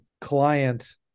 client